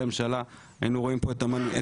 הממשלה היינו רואים פה את המנכ"לים,